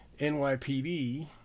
NYPD